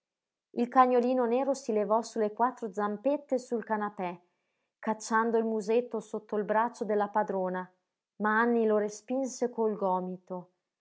il cagnolino nero si levò su le quattro zampette sul canapè cacciando il musetto sotto il braccio della padrona ma anny lo respinse col gomito